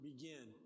begin